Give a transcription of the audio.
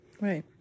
Right